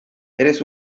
eres